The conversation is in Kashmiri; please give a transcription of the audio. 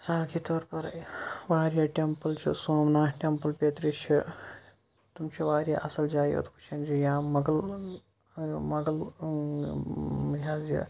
مثال کے طور پر واریاہ ٹٮ۪مپٕل چھِ سومناتھ ٹٮ۪مپٕل بیترِ چھِ تِم چھِ واریاہ اَصٕل جایہِ یوٚت وٕچھان چھِ یا مغل یہِ حظ یہِ